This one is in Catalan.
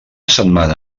setmana